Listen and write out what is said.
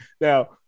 Now